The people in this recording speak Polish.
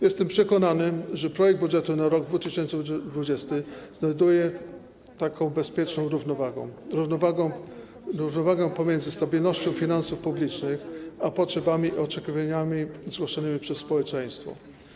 Jestem przekonany, że projekt budżetu na rok 2020 znajduje taką bezpieczną równowagę, równowagę pomiędzy stabilnością finansów publicznych a potrzebami i oczekiwaniami zgłaszanymi przez społeczeństwo.